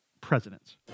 presidents